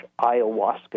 ayahuasca